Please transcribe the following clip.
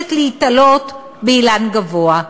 מבקשת להיתלות באילן גבוה,